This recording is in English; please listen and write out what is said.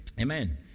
Amen